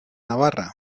navarra